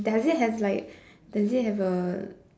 does it have like does it have a